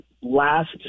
last